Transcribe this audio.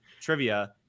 trivia